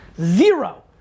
Zero